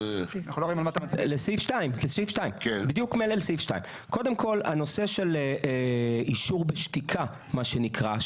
לסעיף 2. קודם כל הנושא של אישור בשתיקה מה שנקרא,